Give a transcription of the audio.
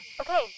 Okay